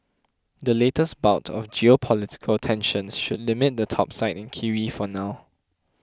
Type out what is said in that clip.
the latest bout of geopolitical tensions should limit the topside in kiwi for now